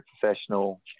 professional